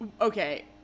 Okay